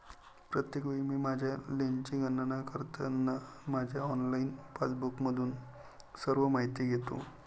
प्रत्येक वेळी मी माझ्या लेनची गणना करताना माझ्या ऑनलाइन पासबुकमधून सर्व माहिती घेतो